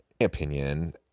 opinion